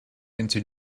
into